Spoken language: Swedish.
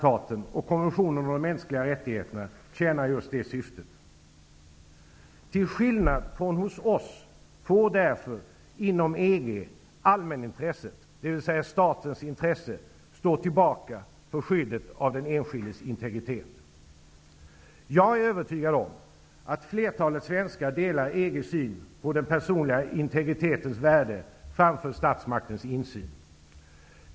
Konventionen om de mänskliga rättigheterna, tjänar just det syftet. Till skillnad från hos oss får därför inom EG allmänintresset, dvs. statens intresse stå tillbaka för skyddet av den enskildes integritet. Jag är övertygad om att flertalet svenskar delar EG:s syn på den personliga integritetens värde framför statsmaktens insyn.